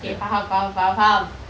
okay faham faham faham faham